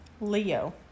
leo